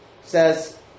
says